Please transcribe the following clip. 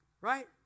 right